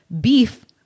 beef